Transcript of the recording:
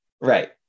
Right